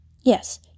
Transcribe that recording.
Yes